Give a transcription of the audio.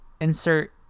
Insert